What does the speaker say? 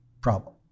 problem